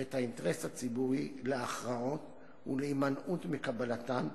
ואת האינטרס הציבורי, להכרעות (ולהימנעות מקבלתן)